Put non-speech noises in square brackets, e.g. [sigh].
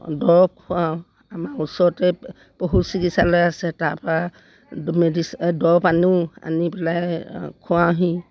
দৰব খোৱাওঁ আমাৰ ওচৰতে পশু চিকিৎসালয় আছে তাৰপৰা [unintelligible] দৰব আনো আনি পেলাই খোৱাওঁহি